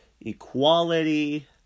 equality